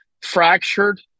fractured